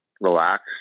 relax